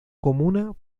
comuna